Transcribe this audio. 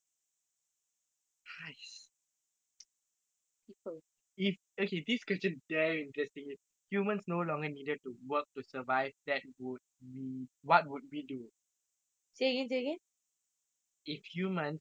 if okay this question damn interesting if humans no longer needed to work to survive that would we what would we do if humans no longer needed to work to survive what would we do